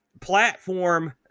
platform